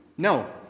No